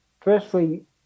firstly